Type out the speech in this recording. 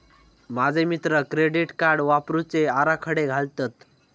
माझे मित्र credit card वापरुचे आराखडे घालतत